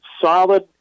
solid